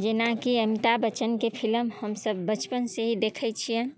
जेनाकि अमिताभ बच्चनके फिलिम हमसब बचपनसँ ही देखै छिअनि